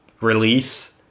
release